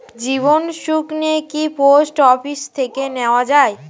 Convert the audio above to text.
জীবন সুকন্যা কি post office থেকে নেওয়া যায়?